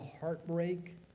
heartbreak